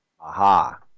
Aha